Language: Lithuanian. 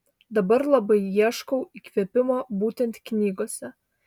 dabar labai ieškau įkvėpimo būtent knygose